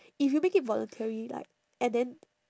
if you make it voluntary like and then